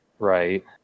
Right